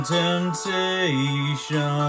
temptation